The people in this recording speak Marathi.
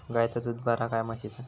गायचा दूध बरा काय म्हशीचा?